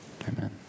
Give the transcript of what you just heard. Amen